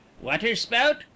water-spout